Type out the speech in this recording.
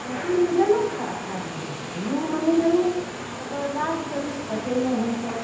मसूरमे देलहुँ खाद खादमे नहि देलहुँ मूङ्गमे नहि देलहुँ ओकर बाद चलू कटेलहुँ हमसब